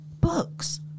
books